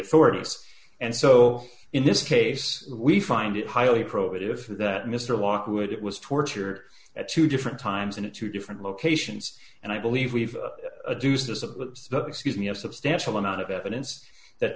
authorities and so in this case we find it highly probative that mister walker would it was torture at two different times and in two different locations and i believe we've a deuce of the excuse me a substantial amount of evidence that